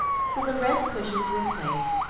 so the red cushions were placed,